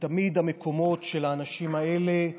ותמיד המקומות של האנשים האלה,